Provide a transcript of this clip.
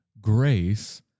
grace